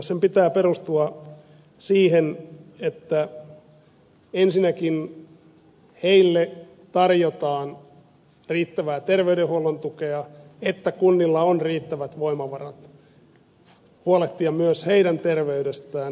sen pitää perustua siihen että ensinnäkin heille tarjotaan riittävää terveydenhuollon tukea että kunnilla on riittävät voimavarat huolehtia myös heidän terveydestään